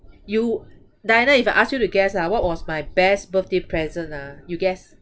you diana if I ask you to guess ah what was my best birthday present ah you guess